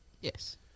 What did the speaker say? Yes